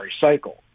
cycle